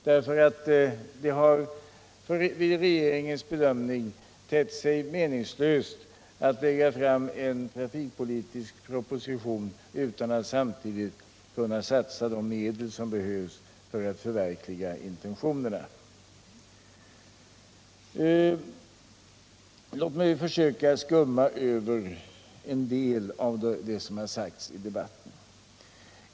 Det har enligt regeringens bedömning tett sig meningslöst att lägga fram en trafikpolitisk proposition utan att samtidigt kunna satsa de medel som behövs för att förverkliga intentionerna. Låt mig försöka skumma av en del av det som har sagts i debatten.